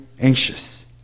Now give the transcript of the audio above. anxious